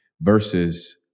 versus